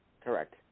Correct